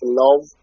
love